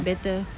better